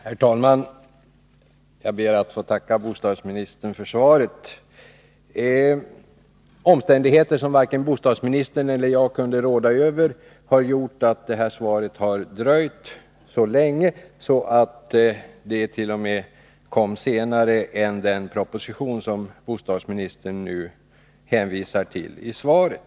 Herr talman! Jag ber att få tacka bostadsministern för svaret. Omständigheter som varken bostadsministern eller jag kunnat råda över har gjort att detta svar har dröjt så länge så att dett.o.m. kom senare än den proposition som bostadsministern nu hänvisar till i svaret.